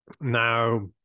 Now